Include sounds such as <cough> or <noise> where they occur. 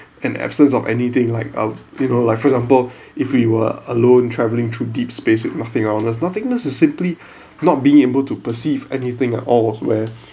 an absence of anything like how you know like for example if we were alone traveling through deep space with nothing on there's nothingness is simply <breath> not being able to perceive anything at all was where